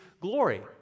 glory